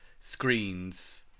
screens